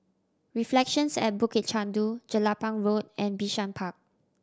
Reflections at Bukit Chandu Jelapang Road and Bishan Park